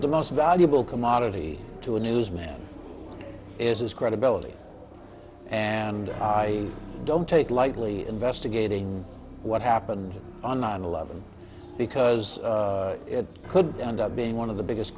the most valuable commodity to a newsman is his credibility and i don't take lightly investigating what happened on nine eleven because it could end up being one of the biggest